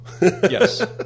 Yes